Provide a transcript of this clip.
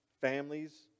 families